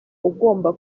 ugomba